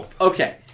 Okay